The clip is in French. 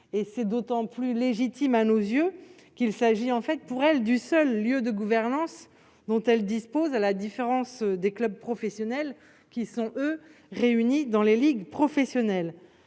C'est d'autant plus légitime à nos yeux qu'il s'agit en fait du seul lieu de gouvernance dont elles disposent, à la différence des clubs professionnels, qui sont eux réunis dans les ligues professionnelles.